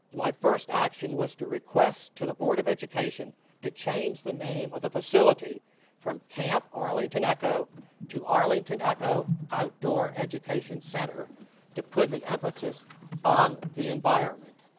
my first action was to request to the board of education to change the name of the facility from camp arlington echo to camp arlington echo outdoor education center to put the emphasis on the environment.